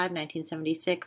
1976